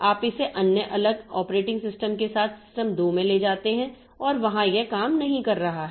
आप इसे एक अलग ऑपरेटिंग सिस्टम के साथ सिस्टम 2 में ले जाते हैं और वहां यह काम नहीं कर रहा है